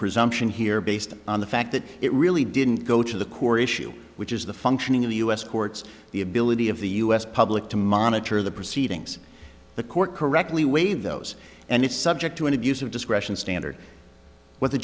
presumption here based on the fact that it really didn't go to the core issue which is the functioning of the u s courts the ability of the u s public to monitor the proceedings the court correctly waive those and it's subject to an abuse of discretion standard what the